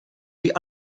wie